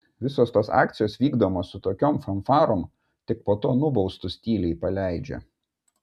visos tos akcijos vykdomos su tokiom fanfarom tik po to nubaustus tyliai paleidžia